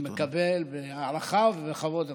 אני מקבל בהערכה ובכבוד רב.